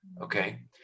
okay